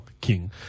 king